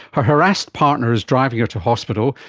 her harassed partner is driving her to hospital,